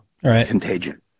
contagion